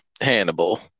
Hannibal